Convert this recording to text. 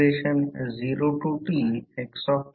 तर याचा अर्थ कोरमधील flux lines Fm N I चा करंट जोडतात